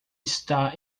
está